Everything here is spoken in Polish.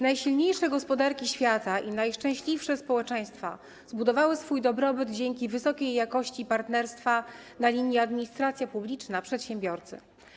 Najsilniejsze gospodarki świata i najszczęśliwsze społeczeństwa zbudowały swój dobrobyt dzięki wysokiej jakości partnerstwa na linii administracja publiczna - przedsiębiorcy.